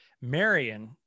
marion